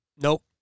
Nope